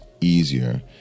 easier